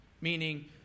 Meaning